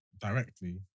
directly